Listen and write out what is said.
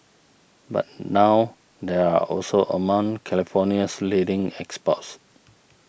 but now they are also among California's leading exports